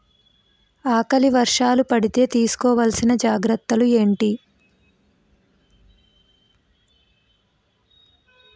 ఆకలి వర్షాలు పడితే తీస్కో వలసిన జాగ్రత్తలు ఏంటి?